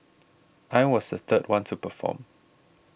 I was the third one to perform